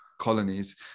colonies